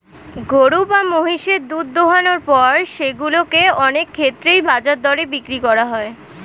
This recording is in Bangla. গরু বা মহিষের দুধ দোহনের পর সেগুলো কে অনেক ক্ষেত্রেই বাজার দরে বিক্রি করা হয়